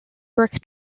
brick